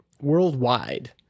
worldwide